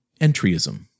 entryism